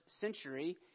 century